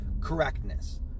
correctness